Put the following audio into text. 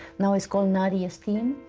now it's called nadia's theme